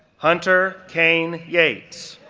hunter kane yates,